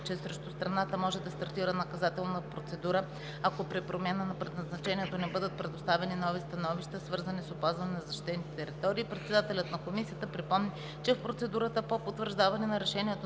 че срещу страната може да стартира наказателна процедура, ако при промяна на предназначението не бъдат предоставени нови становища, свързани с опазване на защитените територии, председателят на Комисията припомни, че в процедурата по потвърждаване на решението